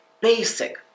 basic